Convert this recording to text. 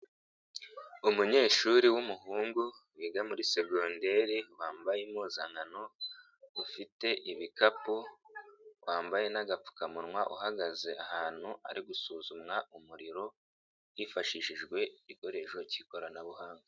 Umunyeshuri w'umuhungu wiga muri segonnderi wambaye impuzankano ufite ibikapu wambaye n'agapfukamunwa uhagaze ahantu ari gusuzumwa umuriro hifashishijwe ikoresho cy'ikoranabuhanga.